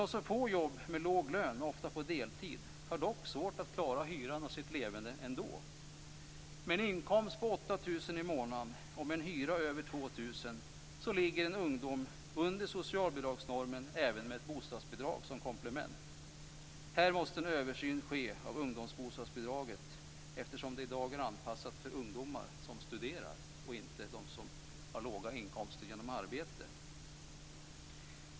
De som får jobb med låg lön, ofta på deltid, har dock svårt att klara hyran och sitt leverne ändå. Med en inkomst på 8 000 i månaden och en hyra över 2 000 ligger en ungdom under socialbidragsnormen även med ett bostadsbidrag som komplement. Här måste en översyn ske av ungdomsbostadsbidraget, eftersom det i dag är anpassat för ungdomar som studerar och inte för dem som har låga inkomster genom arbete.